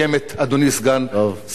אדוני סגן שר החוץ.